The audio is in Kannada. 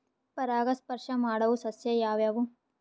ಪರಾಗಸ್ಪರ್ಶ ಮಾಡಾವು ಸಸ್ಯ ಯಾವ್ಯಾವು?